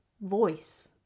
voice